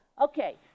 Okay